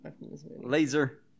Laser